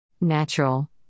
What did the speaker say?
Natural